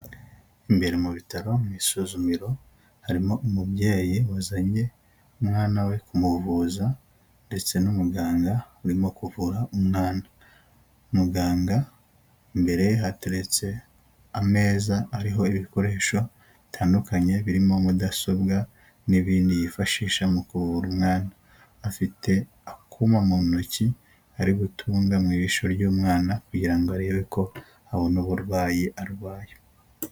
Imbere mu bitaro mw,isuzumiro harimo umubyeyi wazanye umwana we kumuvuza ndetse n'umuganga urimo kuvura umwana muganga imbereye hateretse ameza ariho ibikoresho bitandukanye birimo mudasobwa n'ibindi yifashisha mu kura umwana afite akuma mu ntoki ari gutunga mu ijisho ry'umwana kugira ngo arebe ko abona uburwayi arwaye.